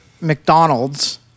McDonald's